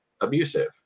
Abusive